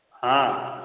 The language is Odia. ହଁ